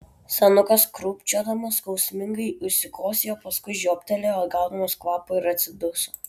senukas krūpčiodamas skausmingai užsikosėjo paskui žioptelėjo atgaudamas kvapą ir atsiduso